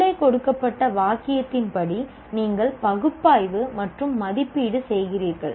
மேலே கொடுக்கப்பட்ட வாக்கியத்தின் படி நீங்கள் பகுப்பாய்வு மற்றும் மதிப்பீடு செய்கிறீர்கள்